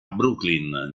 brooklyn